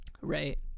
right